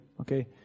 Okay